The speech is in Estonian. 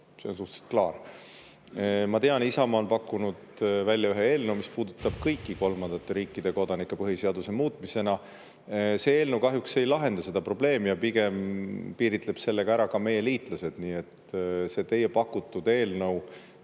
See on suhteliselt klaar. Ma tean, Isamaa on pakkunud välja ühe eelnõu, mis puudutab kõiki kolmandate riikide kodanikke põhiseaduse muutmisena. See eelnõu kahjuks ei lahenda seda probleemi ja pigem piiritleb sellega ära ka meie liitlased, nii et see teie pakutud eelnõu